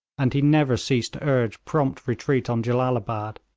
and he never ceased to urge prompt retreat on jellalabad.